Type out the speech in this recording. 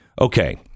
Okay